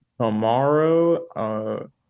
Tomorrow